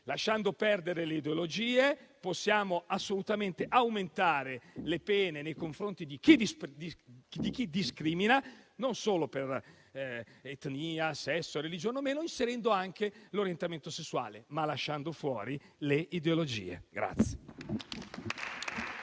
Lasciando perdere le ideologie, possiamo assolutamente aumentare le pene nei confronti di chi discrimina, non solo per etnia, sesso o religione, ma inserendo anche l'orientamento sessuale, però lasciando fuori le ideologie.